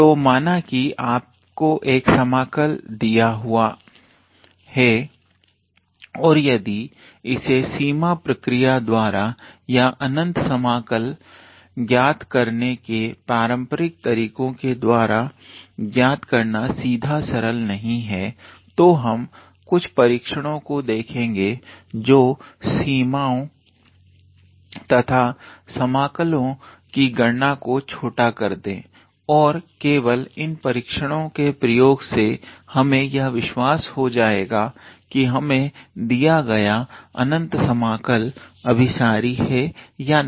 तो माना कि आपको एक समाकल दिया हुआ है और यदि इसे सीमा प्रक्रिया द्वारा या अनंत समाकल ज्ञात करने के पारंपरिक तरीकों के द्वारा ज्ञात करना सीधा सरल नहीं है तो हम कुछ परीक्षणों को देखेंगे जो सीमाओ तथा समकलों की गणना को छोटा कर दे और केवल इन परीक्षणों के प्रयोग से हमें यह विश्वास हो जाए की हमें दिया गया अनंत समाकल अभिसारी है या नहीं